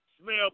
smell